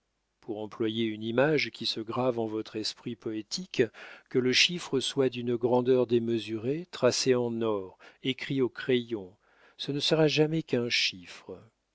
pour employer une image qui se grave en votre esprit poétique que le chiffre soit d'une grandeur démesurée tracé en or écrit au crayon ce ne sera jamais qu'un chiffre